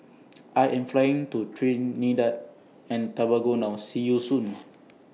I Am Flying to Trinidad and Tobago now See YOU Soon